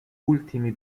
ultimi